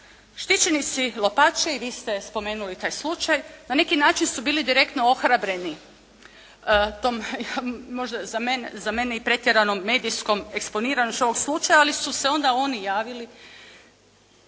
Štićenici Lopača i vi ste spomenuli taj slučaj na neki način su bili direktno ohrabreni tom možda za mene i pretjeranom medijskom eksponiranošću ovog slučaja ali su se onda oni javili